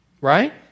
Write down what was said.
Right